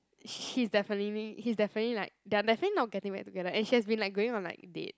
she's definitely he's definitely like they are definitely not getting back together and she has been like going on like date